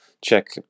check